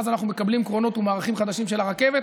כיוון שאז אנחנו מקבלים קרונות ומערכים חדשים של הרכבת,